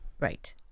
Right